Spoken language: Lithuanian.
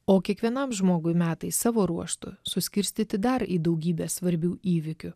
o kiekvienam žmogui metai savo ruožtu suskirstyti dar į daugybę svarbių įvykių